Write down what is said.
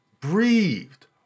breathed